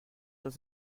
dans